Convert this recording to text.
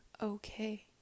okay